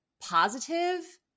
positive